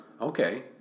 okay